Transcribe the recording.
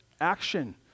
action